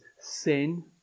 sin